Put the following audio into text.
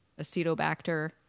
Acetobacter